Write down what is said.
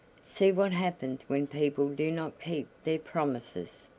see what happens when people do not keep their promises!